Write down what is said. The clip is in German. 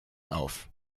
auf